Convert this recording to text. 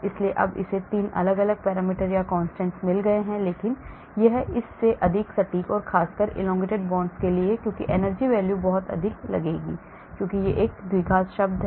इसलिए अब इसे 3 अलग अलग पैरामीटर या constants मिल गए हैं लेकिन यह इस से अधिक सटीक है खासकर elongated bonds के लिए क्योंकि energy values बहुत अधिक लगेंगे क्योंकि यह एक द्विघात शब्द है